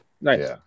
Nice